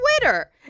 Twitter